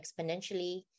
exponentially